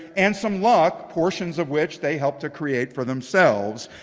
and some luck, portions of which they helped to create for themselves.